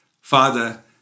father